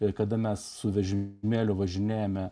ir kada mes su vežimėliu važinėjame